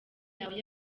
yawe